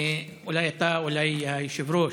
אולי אתה, אולי היושב-ראש,